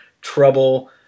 trouble